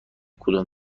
کدوم